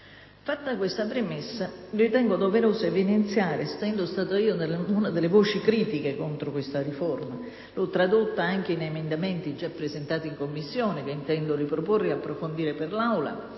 Fatta questa premessa, ritengo doveroso evidenziare, essendo stata una delle voci critiche contro questa riforma (che si è tradotta anche in emendamenti già presentati in Commissione e che intendo riproporre e approfondire per l'Aula